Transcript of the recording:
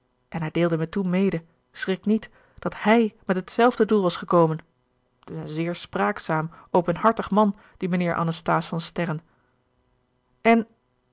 en hij deelde me toen mede schrik niet dat hij met hetzelfde doel was gekomen t is een zeer spraakzaam openhartig man die mijnheer anasthase van sterren en